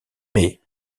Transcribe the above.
mais